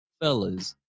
Fellas